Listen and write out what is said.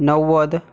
णव्वद